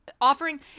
offering